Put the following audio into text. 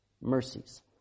mercies